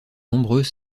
nombreux